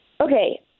Okay